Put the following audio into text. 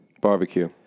Barbecue